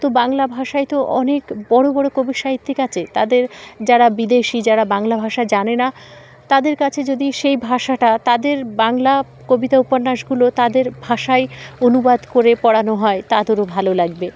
তো বাংলা ভাষায় তো অনেক বড়ো বড়ো কবি সাহিত্যিক আছে তাদের যারা বিদেশি যারা বাংলা ভাষা জানে না তাদের কাছে যদি সেই ভাষাটা তাদের বাংলা কবিতা উপন্যাসগুলো তাদের ভাষায় অনুবাদ করে পড়ানো হয় তাদেরও ভালো লাগবে